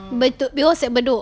be~ because at bedok